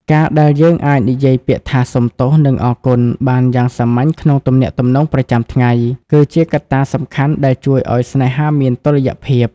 ការដែលយើងអាចនិយាយពាក្យថា «សុំទោស» និង «អរគុណ» បានយ៉ាងសាមញ្ញក្នុងទំនាក់ទំនងប្រចាំថ្ងៃ គឺជាកត្តាសំខាន់ដែលជួយឱ្យស្នេហាមានតុល្យភាព។